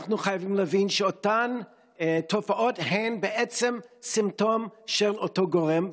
אנחנו חייבים להבין שאותן תופעות הן בעצם סימפטום של אותו גורם,